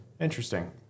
interesting